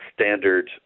standard